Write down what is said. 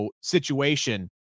situation